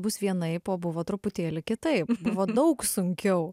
bus vienaip o buvo truputėlį kitaip buvo daug sunkiau